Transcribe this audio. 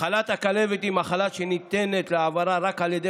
מחלת הכלבת היא מחלת שניתנת להעברה רק על ידי